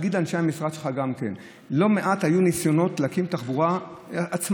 ותגיד גם לאנשי המשרד שלך: היו לא מעט ניסיונות להקים תחבורה עצמאית,